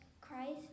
Christ